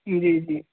جی جی